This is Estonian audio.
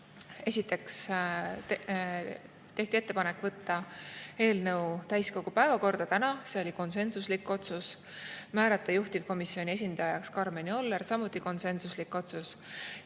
Esiteks tehti ettepanek võtta eelnõu täiskogu päevakorda täna, see oli konsensuslik otsus. Otsustati määrata juhtivkomisjoni esindajaks Karmen Joller, samuti konsensuslik otsus.